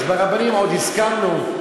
אז ברבנים עוד הסכמנו,